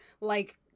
Like-